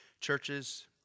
churches